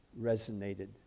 resonated